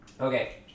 Okay